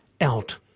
out